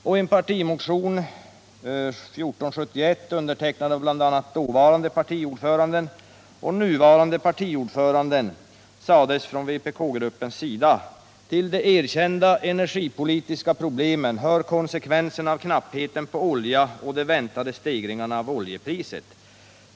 I en partimotion, nr 1471, undertecknad av bl.a. dåvarande partiordföranden och nuvarande partiordföranden, sades från vpk-gruppens sida: ”Till de erkända energipolitiska problemen hör konsekvenserna av knappheten på olja och de väntade stegringarna av oljepriset.